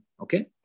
Okay